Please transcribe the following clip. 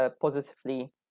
positively